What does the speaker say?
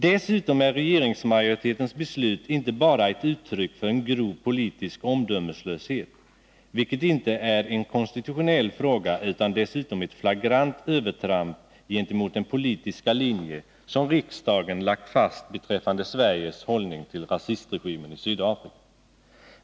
Dessutom är regeringsmajoritetens beslut inte bara ett uttryck för en grov politisk omdömeslöshet, vilket inte är en konstitutionell fråga, utan dessutom ett flagrant övertramp gentemot den politiska linje som riksdagen lagt fast beträffande Sveriges hållning till rasistregimen i Sydafrika.